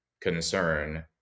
concern